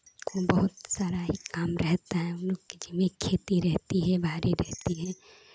बहुत सारा ही काम रहता है उनलोग के ज़िम्मे खेती रहती है बाड़ी रहती है